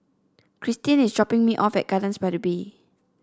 Christine is dropping me off at Gardens by the Bay